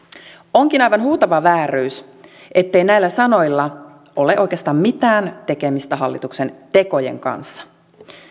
onkin aivan huutava vääryys ettei näillä sanoilla ole oikeastaan mitään tekemistä hallituksen tekojen kanssa